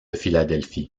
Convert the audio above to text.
philadelphie